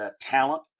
talent